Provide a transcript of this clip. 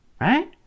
right